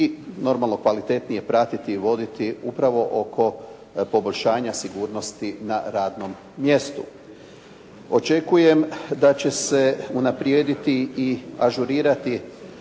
i normalno, kvalitetnije pratiti i voditi upravo oko poboljšanja sigurnosti na radnom mjestu. Očekujem da će se unaprijediti i ažurirati